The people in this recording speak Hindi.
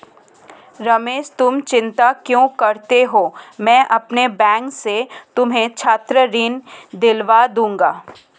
रमेश तुम चिंता क्यों करते हो मैं अपने बैंक से तुम्हें छात्र ऋण दिलवा दूंगा